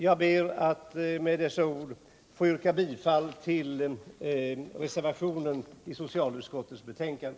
Jag ber att med dessa ord få yrka bifall till reservationen vid socialutskottets betänkande.